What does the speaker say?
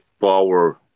power